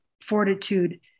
fortitude